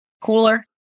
Cooler